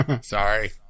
Sorry